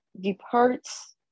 departs